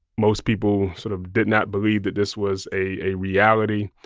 most people sort of did not believe that this was a reality.